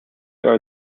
are